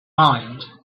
mind